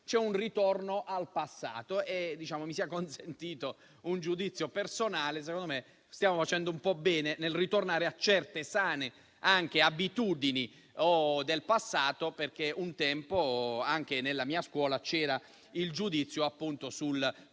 un ritorno al passato e - mi sia consentito un giudizio personale - secondo me stiamo facendo bene nel ritornare a certe sane abitudini del passato, perché un tempo, anche nella mia scuola, c'era il giudizio con